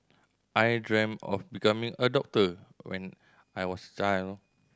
I dream of becoming a doctor when I was a child